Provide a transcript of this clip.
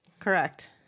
Correct